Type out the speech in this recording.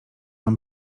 nam